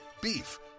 Beef